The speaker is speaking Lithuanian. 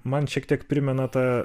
man šiek tiek primena tą